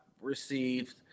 received